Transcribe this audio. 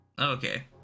Okay